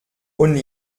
und